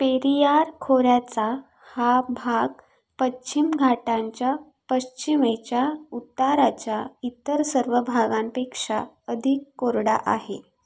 पेरीयार खोऱ्याचा हा भाग पश्चिम घाटांच्या पश्चिमेच्या उताराच्या इतर सर्व भागांपेक्षा अधिक कोरडा आहे